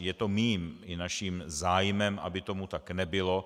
Je to mým i naším zájmem, aby tomu tak nebylo.